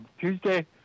Tuesday